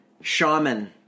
Shaman